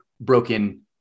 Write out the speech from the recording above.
broken